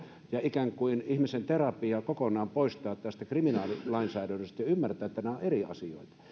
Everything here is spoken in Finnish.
ja ikään kuin ihmisen terapia pitäisi kokonaan poistaa tästä kriminaalilainsäädännöstä ja ymmärtää että nämä ovat eri asioita